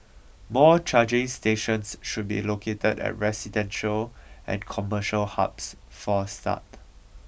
more charging stations should be located at residential and commercial hubs for a start